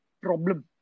problem